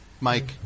Mike